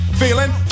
Feeling